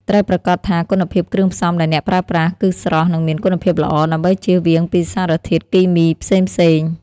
ត្រូវប្រាកដថាគុណភាពគ្រឿងផ្សំដែលអ្នកប្រើប្រាស់គឺស្រស់ និងមានគុណភាពល្អ ដើម្បីចៀសវាងពីសារធាតុគីមីផ្សេងៗ។